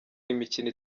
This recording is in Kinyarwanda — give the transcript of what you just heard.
imikino